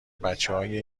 بچههای